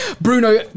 Bruno